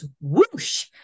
whoosh